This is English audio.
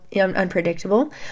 unpredictable